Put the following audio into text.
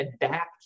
adapt